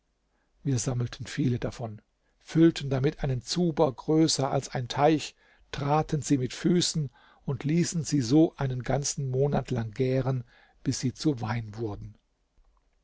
wir sammelten viele davon füllten damit einen zuber größer als ein teich traten sie mit füßen und ließen sie so einen ganzen monat lang gären bis sie zu wein wurden